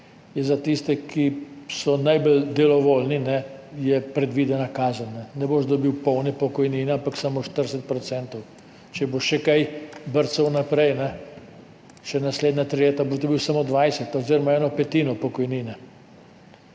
je za tiste, ki so najbolj delavoljni, predvidena kazen, ne boš dobil polne pokojnine, ampak samo 40 %. Če boš še kaj brcal naprej, še naslednja tri leta, boš dobil samo 20 % oziroma eno petino pokojnine.